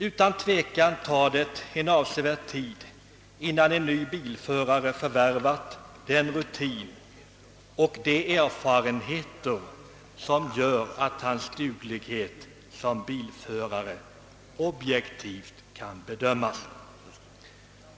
Utan tvekan tar det en avsevärd tid innan en ny bilförare förvärvat den rutin och de erfarenheter som gör att hans duglighet såsom bilförare objektivt kan bedömas.